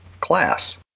class